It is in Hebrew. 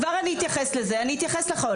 כבר אני אתייחס לזה, אני אתייחס לכל.